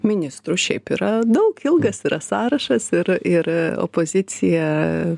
ministrų šiaip yra daug ilgas yra sąrašas ir ir opozicija